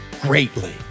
greatly